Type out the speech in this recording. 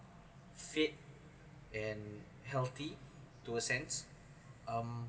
fit and healthy to a sense um